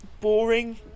boring